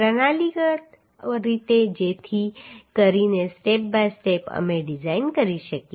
પ્રણાલીગત રીતે જેથી કરીને સ્ટેપ બાય સ્ટેપ અમે ડિઝાઇન કરી શકીએ